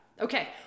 Okay